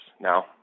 Now